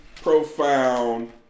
profound